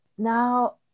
Now